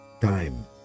time